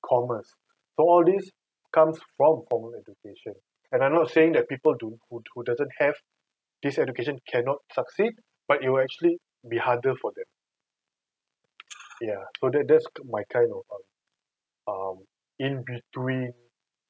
commerce so all these comes from formal education and I'm not saying that people do who doesn't have this education cannot succeed but it will actually be harder for them ya so that that's my kind of um in between